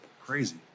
crazy